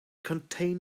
contain